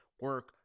Work